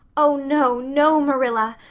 oh, no, no, marilla.